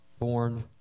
born